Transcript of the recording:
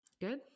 good